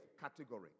category